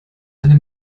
eine